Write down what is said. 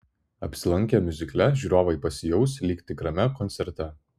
apsilankę miuzikle žiūrovai pasijaus lyg tikrame koncerte